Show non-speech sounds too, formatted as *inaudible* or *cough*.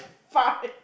fart *laughs*